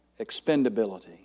expendability